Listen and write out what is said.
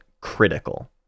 critical